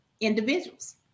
individuals